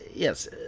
Yes